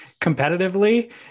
competitively